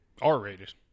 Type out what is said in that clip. R-rated